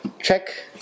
check